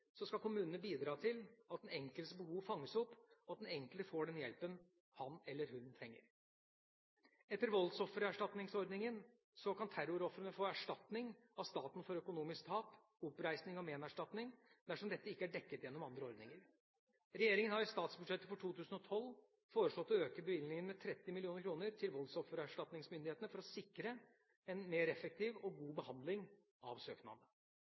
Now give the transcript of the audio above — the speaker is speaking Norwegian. skal kommunene bidra til at den enkeltes behov fanges opp, og at den enkelte får den hjelpen han eller hun trenger. Etter voldsoffererstatningsordningen kan terrorofrene få erstatning av staten for økonomisk tap, oppreisning og menerstatning, dersom dette ikke er dekket av andre ordninger. Regjeringa har i statsbudsjettet for 2012 foreslått å øke bevilgningen med 30 mill. kr til voldsoffererstatningsmyndighetene for å sikre en mer effektiv og god behandling av søknadene.